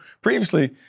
previously